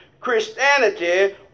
Christianity